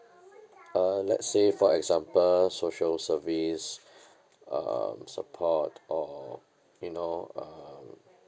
uh let's say for example social service um support or you know um